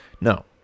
No